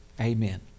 Amen